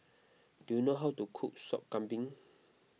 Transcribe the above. do you know how to cook Sop Kambing